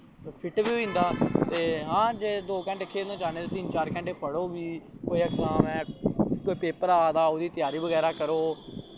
fit बी होई जंदा हां जे दो घैंटे खेलना चाह्ने ते तिन्न चार घैंटे पढ़ो बी कोई इगज़ाम ऐ कोई पेपर आ दा ओह्दी त्यारी बगैरा करो